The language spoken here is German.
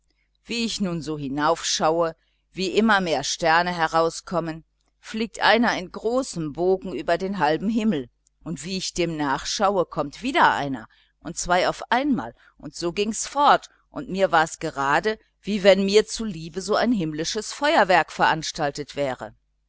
wie ich nun so hinausschaue wie immer mehr sterne herauskommen da fliegt einer in großem bogen über den halben himmel und wie ich dem nachschaue kommt wieder einer und zwei auf einmal und so ging's fort und mir war's gerade wie wenn mir zuliebe so ein himmlisches feuerwerk veranstaltet wäre